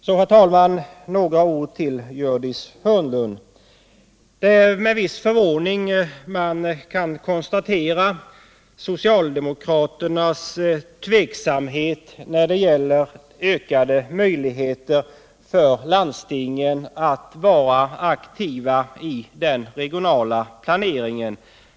Så, herr talman, några ord till Gördis Hörnlund. Det är med viss förvåning man kan konstatera socialdemokraternas tveksamhet när det gäller ökade möjligheter för landstingen att vara aktiva i den regionala planeringen.